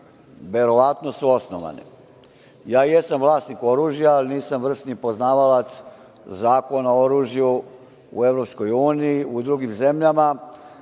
verovatno su osnovane. Ja jesam vlasnik oružja, ali nisam vrsni poznavalac Zakona o oružju u EU, u drugim zemljama,